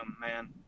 man